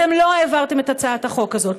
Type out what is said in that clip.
אתם לא העברתם את הצעת החוק הזאת.